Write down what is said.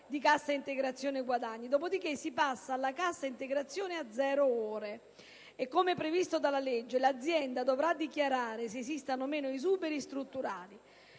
di cassa integrazione guadagni, dopodiché si passa alla cassa integrazione a zero ore e, come previsto dalla legge, l'azienda dovrà dichiarare se esistano o meno esuberi strutturali.